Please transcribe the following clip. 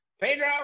Pedro